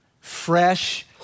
fresh